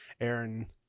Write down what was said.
Aaron